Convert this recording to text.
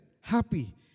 happy